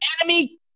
Enemy